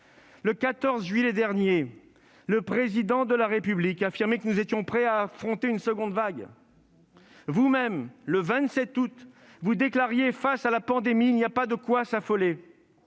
Le 14 juillet dernier, le Président de la République affirmait que nous étions prêts à affronter une seconde vague. Vous-même, le 27 août, vous déclariez :« Face à la pandémie, il n'y a pas de quoi s'affoler.